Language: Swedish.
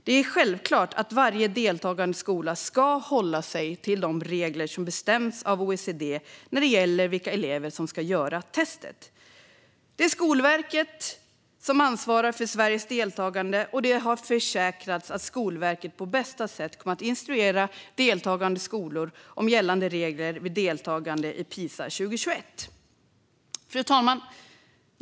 Det är självklart att varje deltagande skola ska hålla sig till de regler som bestämts av OECD när det gäller vilka elever som ska göra testet. Det är Skolverket som ansvarar för Sveriges deltagande, och det har försäkrats att Skolverket på bästa sätt kommer att instruera deltagande skolor om gällande regler vid deltagande i PISA 2021. Fru talman!